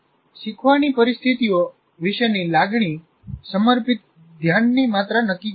શીખવાની પરિસ્થિતિઓ વિશેની લાગણી સમર્પિત ધ્યાનની માત્રા નક્કી કરે છે